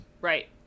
Right